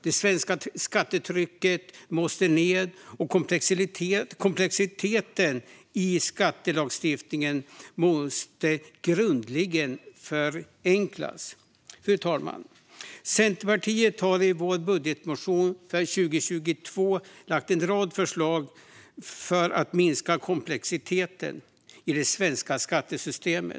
Det svenska skattetrycket måste ned, och komplexiteten i skattelagstiftningen måste grundligen förenklas. Fru talman! Centerpartiet har i sin budgetmotion för 2022 lagt fram en rad förslag för att minska komplexiteten i det svenska skattesystemet.